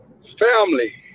Family